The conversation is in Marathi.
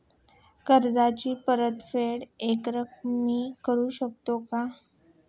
कर्जाची परतफेड एकरकमी करू शकतो का?